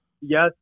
Yes